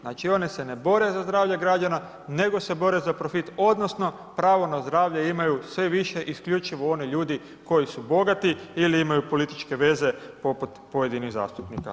Znači one se ne bore za zdravlje građana nego se bore za profit, odnosno pravo na zdravlje imaju sve više isključivo oni ljudi koji su bogati ili imaju političke veze poput pojedinih zastupnika.